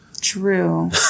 True